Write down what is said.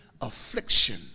affliction